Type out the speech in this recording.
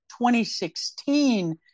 2016